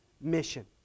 mission